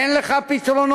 אין לך פתרונות,